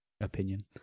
opinion